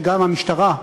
וגם המשטרה,